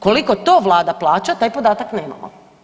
Koliko to vlada plaća taj podatak nemamo.